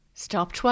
Stop